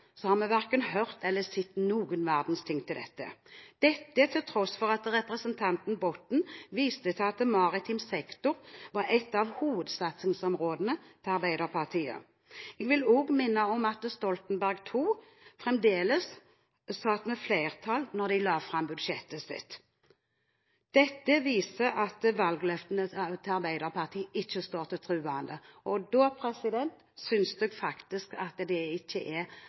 har vi verken hørt eller sett noen verdens ting til dette – dette til tross for at representanten Botten viste til at maritim sektor var et av hovedsatsingsområdene til Arbeiderpartiet. Jeg vil også minne om at Stoltenberg II fremdeles satt med flertall da de la fram budsjettet sitt. Dette viser at valgløftene til Arbeiderpartiet ikke står til troende. Da synes jeg faktisk det er ufint å stå her og si at